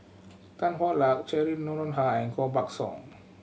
Tan Hwa Luck Cheryl Noronha and Koh Buck Song